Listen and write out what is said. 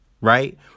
right